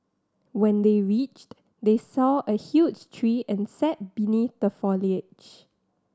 when they reached they saw a huge tree and sat beneath the foliage